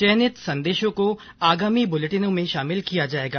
चयनित संदेशों को आगामी ब्रलेटिनों में शामिल किया जाएगा